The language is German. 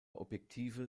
objektive